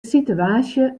sitewaasje